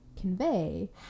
convey